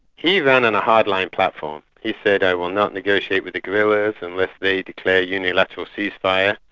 he ran on a hardline platform, he said, i will not negotiate with the guerrillas, unless they declare unilateral ceasefire.